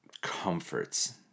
comforts